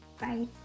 Bye